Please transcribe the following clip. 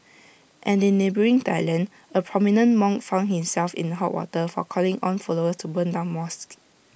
and in neighbouring Thailand A prominent monk found himself in A hot water for calling on followers to burn down mosques